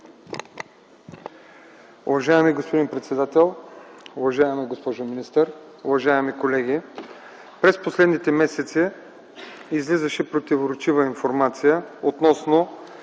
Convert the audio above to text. Уважаеми господин председател, уважаема госпожо министър, уважаеми колеги! През последните месеци излизаше противоречива информация относно